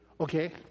Okay